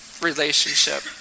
relationship